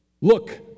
look